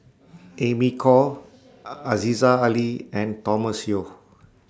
Amy Khor Aziza Ali and Thomas Yeo